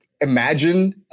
imagine